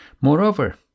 Moreover